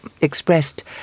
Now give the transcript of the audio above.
expressed